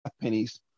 pennies